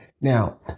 Now